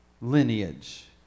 lineage